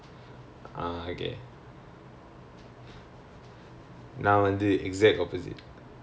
biology and chemistry then அதுலே இருந்தே:athulae irunthae biology biology க்கு வந்துட்டேன்:kku vanthuten